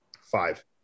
Five